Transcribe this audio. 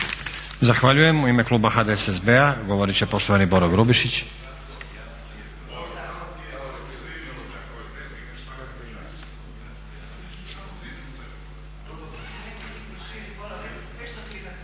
Zahvaljujem. U ime kluba HDSSB-a govorit će poštovani Boro Grubišić.